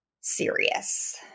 serious